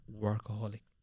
workaholic